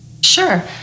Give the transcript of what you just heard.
Sure